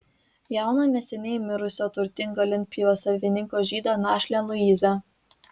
jauną neseniai mirusio turtingo lentpjūvės savininko žydo našlę luizą